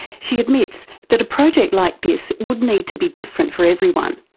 she admits that a project like this would need to be different for everyone,